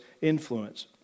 influence